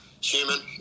human